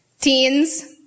teens